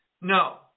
No